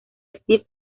steve